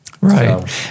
Right